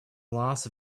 loss